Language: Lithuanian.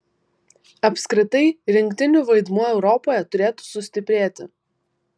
apskritai rinktinių vaidmuo europoje turėtų sustiprėti